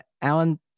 Alan